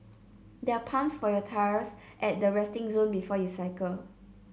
there are pumps for your tyres at the resting zone before you cycle